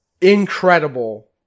incredible